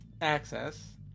access